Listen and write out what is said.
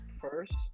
first